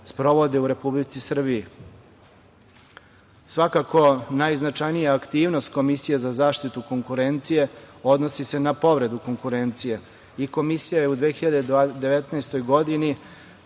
sprovode u Republici Srbiji. Svakako, najznačajnija aktivnost Komisije za zaštitu konkurencije odnosi se na povredu konkurencije i Komisija je u 2019. godini